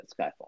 Skyfall